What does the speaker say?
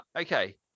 Okay